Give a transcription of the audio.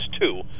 two